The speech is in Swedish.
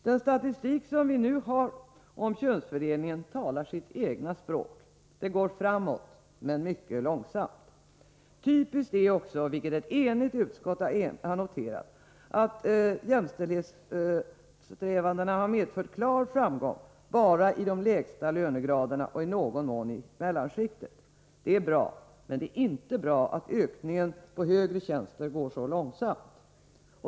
Den statistik som vi nu har om könsfördelning talar sitt eget språk: Det går framåt men mycket långsamt. Typiskt är också, vilket ett enigt utskott har noterat, att jämställdhetssträvandena har medfört klar framgång bara i de lägsta lönegraderna och i någon mån i mellanskiktet. Det är bra, det är inte bra att ökningen på högre tjänster går så långsamt.